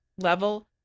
level